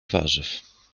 warzyw